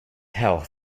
health